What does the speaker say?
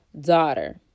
daughter